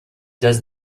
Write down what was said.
does